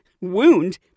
wound